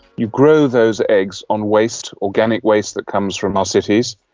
you grow those eggs on waste, organic waste that comes from our cities,